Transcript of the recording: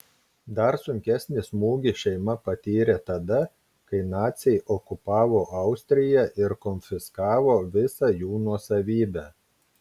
dar sunkesnį smūgį šeima patyrė tada kai naciai okupavo austriją ir konfiskavo visą jų nuosavybę